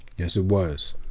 yes it was.